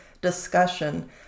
discussion